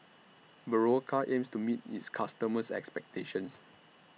Berocca aims to meet its customers' expectations